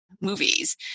movies